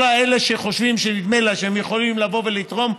כל אלה שחושבים שנדמה להם שהם יכולים לבוא ולרתום,